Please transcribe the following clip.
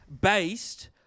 based